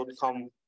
come